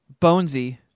Bonesy